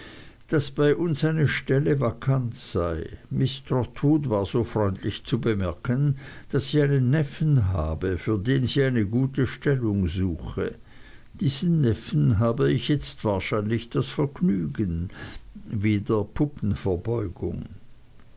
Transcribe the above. daß bei uns eine stelle vakant sei miß trotwood war so freundlich zu bemerken daß sie einen neffen habe für den sie eine gute stellung suche diesen neffen habe ich jetzt wahrscheinlich das vergnügen wieder